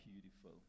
beautiful